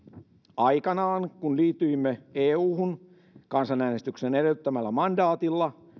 aikanaan kun liityimme euhun kansanäänestyksen edellyttämällä mandaatilla